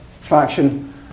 faction